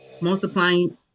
multiplying